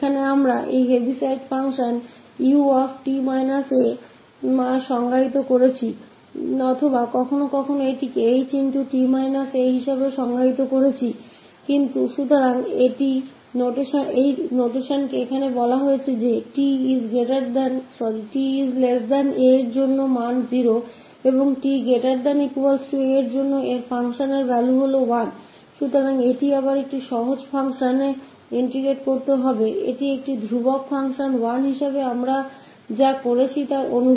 तो यहां हम इस फ़ंक्शन को परिभाषित कर रहे हैं हीविसाइड 𝑢𝑡 a या कभी कभी इसे रूप में भी परिभाषित किया जाता है 𝐻𝑡 a इसलिए यह संकेतन है और यहां यह कहता है कि 𝑡 a के लिए मान 0 है और 𝑡≥𝑎 के लिए इस function का मान 1 है तो इसे फिर से integrate करने के लिए सरल function है तो यह उसके सामान है जो हमने पहले constant फंक्शन लिए था 1